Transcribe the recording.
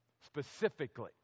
specifically